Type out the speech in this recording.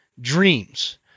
dreams